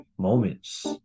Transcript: moments